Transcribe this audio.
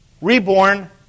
Reborn